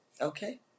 Okay